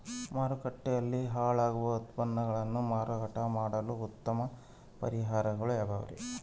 ಮಾರುಕಟ್ಟೆಯಲ್ಲಿ ಹಾಳಾಗುವ ಉತ್ಪನ್ನಗಳನ್ನ ಮಾರಾಟ ಮಾಡಲು ಉತ್ತಮ ಪರಿಹಾರಗಳು ಯಾವ್ಯಾವುರಿ?